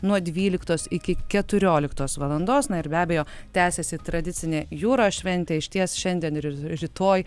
nuo dvyliktos iki keturioliktos valandos na ir be abejo tęsiasi tradicinė jūros šventė išties šiandien ir rytoj